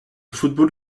football